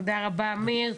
תודה רבה אמיר,